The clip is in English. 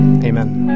Amen